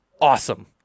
awesome